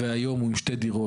והיום הוא עם שתי דירות,